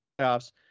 playoffs